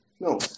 No